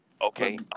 Okay